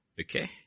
Okay